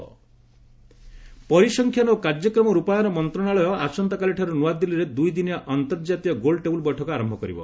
statistics meet ପରିସଂଖ୍ୟାନ ଓ କାର୍ଯ୍ୟକ୍ରମ ରୂପାୟନ ମନ୍ତ୍ରଣାଳୟ ଆସନ୍ତାକାଲିଠାରୁ ନ୍ନଆଦିଲ୍ଲୀରେ ଦୁଇଦିନିଆ ଅନ୍ତର୍ଜାତୀୟ ଗୋଲ୍ଟେବୁଲ୍ ବୈଠକ ଆରମ୍ଭ କରିବ